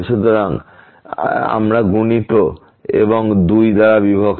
সুতরাং আমরা গুণিত এবং 2 দ্বারা বিভক্ত